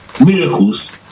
miracles